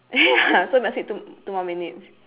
ya so we must wait two m~ two more minutes